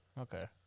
okay